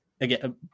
again